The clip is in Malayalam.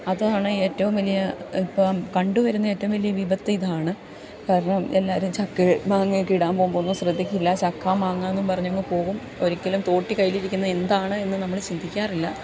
അതാണ് ഏറ്റവും വലിയ ഇപ്പം കണ്ട് വരുന്ന ഏറ്റവും വലിയ വിപത്ത് ഇതാണ് കാരണം എല്ലാവരും ചക്കയും മാങ്ങയും ഒക്കെ ഇടാൻ പോകുമ്പോൾ ഒന്നും ശ്രദ്ധിക്കില്ല ചക്ക മാങ്ങാ എന്നും പറഞ്ഞ് അങ്ങു പോകും ഒരിക്കലും തോട്ടി കയ്യിലിരിക്കുന്ന എന്താണ് എന്ന് നമ്മൾ ചിന്തിക്കാറില്ല